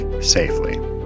Safely